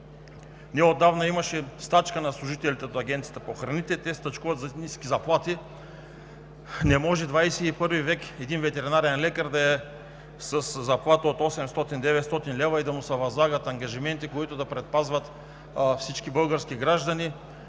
неотдавна имаше стачка на служителите от Агенцията, те стачкуват заради ниските заплати. Не може в ХХІ век един ветеринарен лекар да е със заплата от 800 – 900 лв. и да му се възлагат ангажименти, които да предпазват всички български граждани